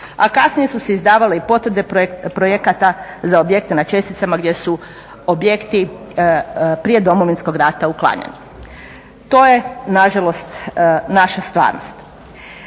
a kasnije su se izdavale i potvrde projekata za objekte na česticama gdje su objekti prije Domovinskog rata uklanjani. To je nažalost naša stvarnost.